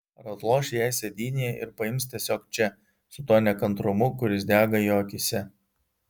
ar atloš ją sėdynėje ir paims tiesiog čia su tuo nekantrumu kuris dega jo akyse